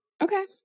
Okay